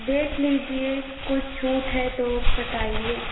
देख लीजिए कुछ छूट है तो बताइए